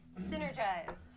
Synergized